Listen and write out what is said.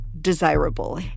desirable